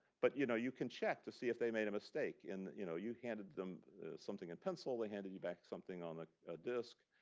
but you know you can check to see if they made a mistake. you know you handed them something in pencil. they handed you back something on the disk.